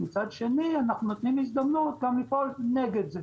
אבל מצד שני אנחנו נותנים הזדמנות גם לפעול נגד זה.